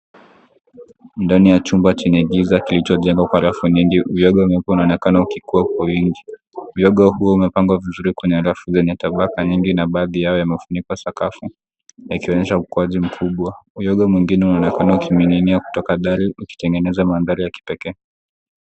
Ndani ya chumba chenye giza kilichojengwa kwa rafu nyingi. Uyoga mweupe unaonekana ukikuwa kwa wingi. Uyoga huo umepangwa vizuri kwenye rafu zenye tabaka nying na baadhi yao yamefunikwa sakafu yakionyesha ukuaji mkubwa. Uyoga mwingine unaonekana ukining'inia kutoka dari ukitengeneza mandhari ya kipekee.